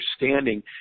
understanding